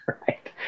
Right